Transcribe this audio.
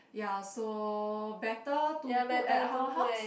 ya so better to put at our house